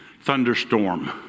thunderstorm